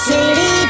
City।